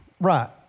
Right